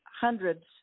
hundreds